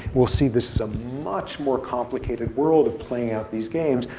we'll see this is a much more complicated world of playing out these games.